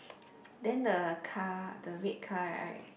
then the car the red car right